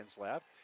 left